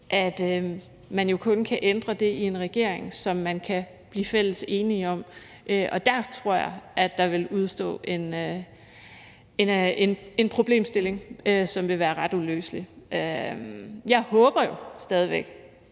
at man jo kun kan ændre det i en regering, som man i fællesskab kan blive enige om. Og dér tror jeg at der vil udestå en problemstilling, som vil være ret uløselig. Jeg håber jo stadig væk,